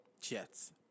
Jets